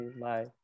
Bye